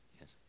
Yes